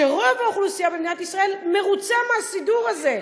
שרוב האוכלוסייה במדינת ישראל מרוצה מהסידור הזה.